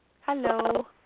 Hello